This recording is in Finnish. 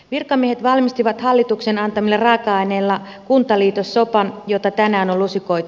virkamiehet valmistivat hallituksen antamilla raaka aineilla kuntaliitossopan jota tänään on lusikoitu